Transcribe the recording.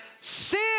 sin